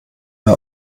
ihr